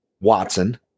Watson